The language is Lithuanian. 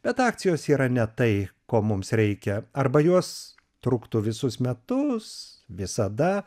bet akcijos yra ne tai ko mums reikia arba jos truktų visus metus visada